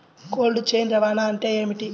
Cold chain రవాణా అంటే ఏమిటీ?